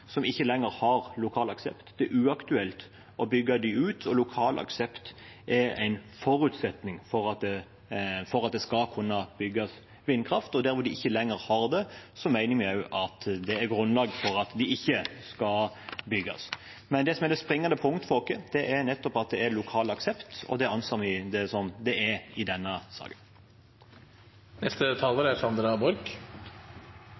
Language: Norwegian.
som ikke lenger har lokal aksept. Det er uaktuelt å bygge dem ut. Lokal aksept er en forutsetning for at det skal kunne bygges vindkraft, og der hvor de ikke lenger har det, mener vi det er grunnlag for at de ikke skal bygges. Men det som er det springende punktet for oss, er nettopp at det er lokal aksept, og det anser vi at det er i denne